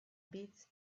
beats